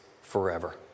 forever